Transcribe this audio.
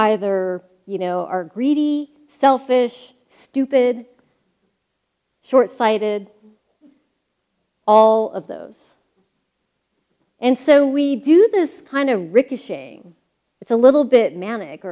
either you know are greedy selfish stoopid short sighted all of those and so we do this kind of ricocheting it's a little bit manic